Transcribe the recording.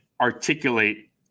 articulate